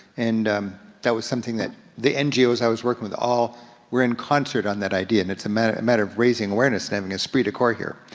and that was something that, the ngos i was working with, all were in concert on that idea. and it's a matter matter of raising awareness and having esprit de corps here.